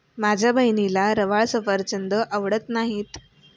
माझ्या बहिणीला रवाळ सफरचंद आवडत नाहीत